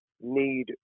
need